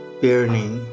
burning